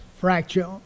fracture